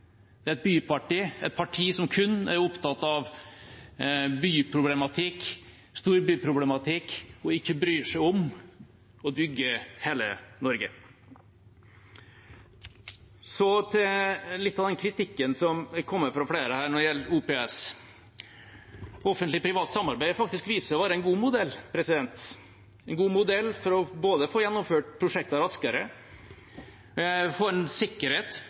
Det er et byparti, et parti som kun er opptatt av byproblematikk, storbyproblematikk, og ikke bryr seg om å bygge hele Norge. Så til litt av den kritikken som har kommet fra flere her når det gjelder OPS. Offentlig-privat samarbeid har vist seg å være en god modell, både for å få gjennomført prosjekter raskere og for å få en sikkerhet